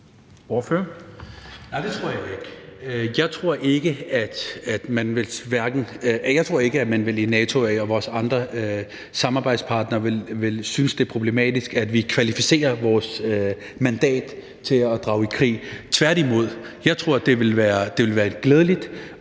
Jeg tror ikke, at man i NATO eller hos vores andre samarbejdspartnere vil synes, det er problematisk, at vi kvalificerer vores mandat til at drage i krig – tværtimod. Jeg tror, at det vil være glædeligt,